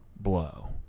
blow